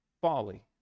folly